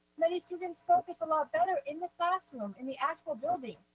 many students focus a lot better in the classroom, in the actual building.